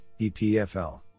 EPFL